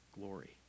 glory